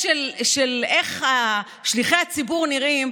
גדולי האויבים והשונאים של מדינת ישראל.